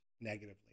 negatively